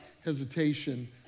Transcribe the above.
hesitation